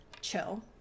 chill